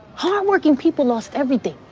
hardworking people lost everything.